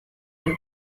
and